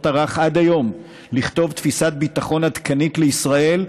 טרח עד היום לכתוב תפיסת ביטחון עדכנית לישראל,